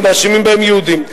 ומאשימים בכך יהודים.